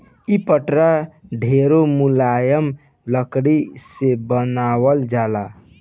इ पटरा ढेरे मुलायम लकड़ी से बनावल जाला